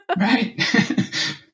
Right